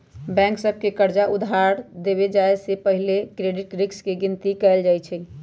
bank सभ के कर्जा उधार देबे जाय से पहिले क्रेडिट रिस्क के गिनति कएल जाइ छइ